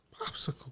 Popsicle